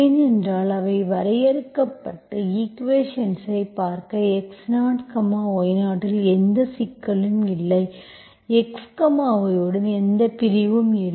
ஏனென்றால் அவை வரையறுக்கப்பட்டு ஈக்குவேஷன்ஸ் ஐ பார்க்க x0y0 இல் எந்த சிக்கலும் இல்லை x y உடன் எந்த பிரிவும் இல்லை